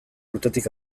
urtetik